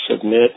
submit